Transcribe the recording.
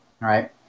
right